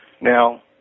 Now